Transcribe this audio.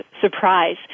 surprise